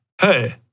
hey